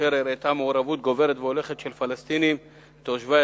אשר הראתה מעורבות גוברת והולכת של פלסטינים תושבי